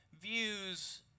views